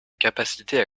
capacité